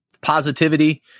Positivity